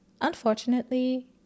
unfortunately